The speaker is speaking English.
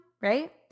right